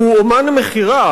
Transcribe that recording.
הוא אמן המכירה,